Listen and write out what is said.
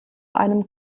einem